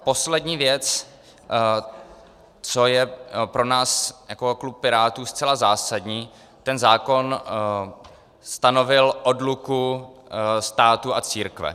Poslední věc, co je pro nás jako pro klub Pirátů zcela zásadní ten zákon stanovil odluku státu a církve.